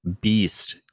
beast